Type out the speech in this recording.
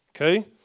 okay